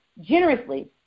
generously